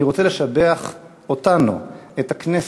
אני רוצה לשבח אותנו, את הכנסת,